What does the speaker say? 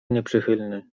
nieprzychylny